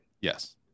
Yes